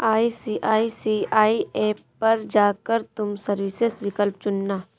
ICICI app पर जा कर तुम सर्विसेस विकल्प चुनना